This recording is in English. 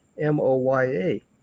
M-O-Y-A